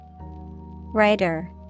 Writer